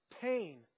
pain